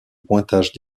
pointage